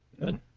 good